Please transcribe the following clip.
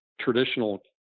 traditional